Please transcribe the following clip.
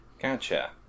gotcha